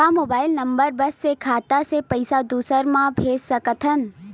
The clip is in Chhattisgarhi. का मोबाइल नंबर बस से खाता से पईसा दूसरा मा भेज सकथन?